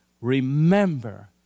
remember